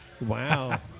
Wow